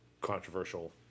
controversial